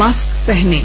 mask पहनें